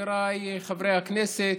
חבריי חברי הכנסת,